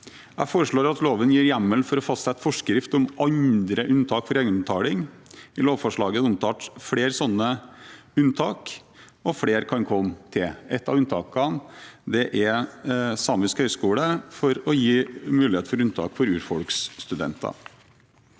Jeg foreslår at loven gir hjemmel for å fastsette forskrift om andre unntak for egenbetaling. I lovforslaget er det omtalt flere sånne unntak, og flere kan komme til. Et av unntakene er Samisk høgskole, for å gi mulighet for unntak for urfolksstudenter.